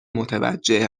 متوجه